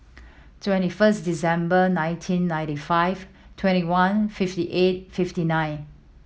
twenty first December nineteen ninety five twenty one fifty eight fifty nine